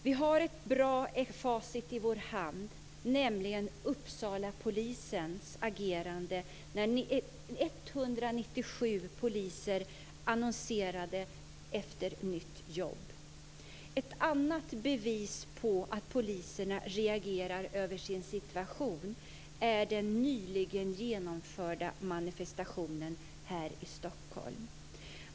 Vi har ett bra facit i vår hand, nämligen Uppsalapolisens agerande när 197 poliser annonserade efter nytt jobb. Ett annat bevis på att poliserna reagerar över sin situation är den nyligen genomförda manifestationen här i Stockholm.